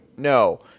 no